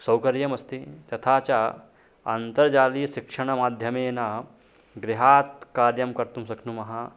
सौकर्यमस्ति तथा च अन्तर्जालीयशिक्षणमाध्यमेन गृहात् कार्यं कर्तुं शक्नुमः